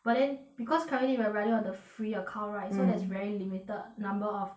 but then because currently we're running on the free account right mm so there's very limited number of